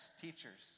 teachers